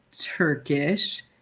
Turkish